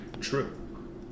true